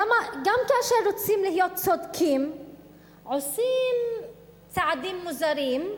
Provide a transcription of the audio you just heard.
למה גם כאשר רוצים להיות צודקים עושים צעדים מוזרים,